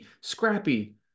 Scrappy